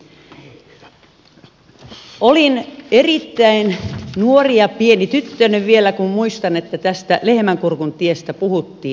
muistan että olin erittäin nuori ja pieni tyttönen vielä kun tästä lehmänkurkuntiestä puhuttiin